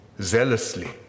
zealously